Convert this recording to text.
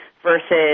versus